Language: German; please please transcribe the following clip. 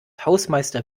hausmeister